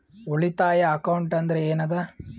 ಉಳಿತಾಯ ಅಕೌಂಟ್ ಅಂದ್ರೆ ಏನ್ ಅದ?